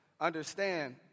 understand